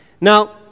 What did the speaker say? Now